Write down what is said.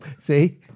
see